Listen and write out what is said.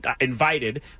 Invited